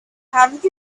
have